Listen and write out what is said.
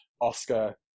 Oscar